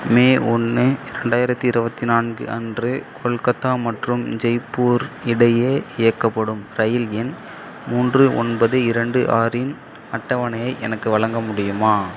மே ஒன்று இரண்டாயிரத்தி இருபத்தி நான்கு அன்று கொல்கத்தா மற்றும் ஜெய்ப்பூர் இடையே இயக்கப்படும் ரயில் எண் மூன்று ஒன்பது இரண்டு ஆறின் அட்டவணையை எனக்கு வழங்க முடியுமா